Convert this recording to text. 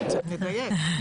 צריך לדייק.